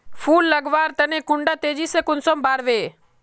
फुल लगवार तने कुंडा तेजी से कुंसम बार वे?